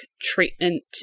treatment